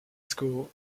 school